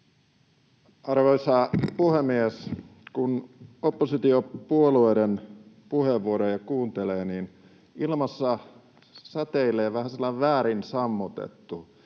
Arvoisa puhemies! Kun oppositiopuolueiden puheenvuoroja kuuntelee, niin ilmassa säteilee vähän sellainen väärin sammutettu